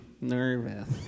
nervous